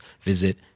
visit